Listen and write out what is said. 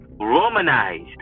Romanized